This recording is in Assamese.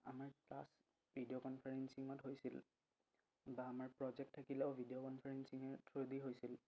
আমাৰ ক্লাছ ভিডিঅ' কনফাৰেঞ্চিঙত হৈছিল বা আমাৰ প্ৰজেক্ট থাকিলেও ভিডিঅ' কনফাৰেঞ্চিঙৰ থ্ৰুদি হৈছিল